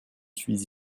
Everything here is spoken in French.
suis